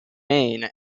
mayne